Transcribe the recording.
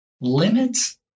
limits